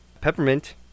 Peppermint